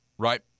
Right